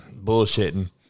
bullshitting